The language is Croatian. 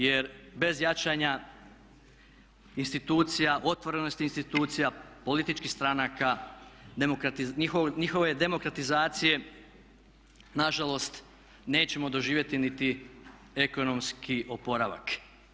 Jer bez jačanja institucija, otvorenosti institucija, političkih stranaka, njihove demokratizacije na žalost nećemo doživjeti niti ekonomski oporavak.